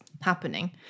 happening